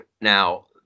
Now